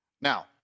Now